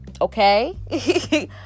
Okay